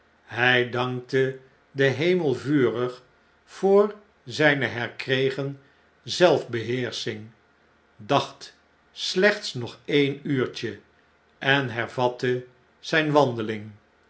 hjj dankte den hemel vurig voor zpe herkregen zelfbeheersching dacht slechts nogeenuurtje en hervatte zijne wandeling